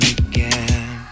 again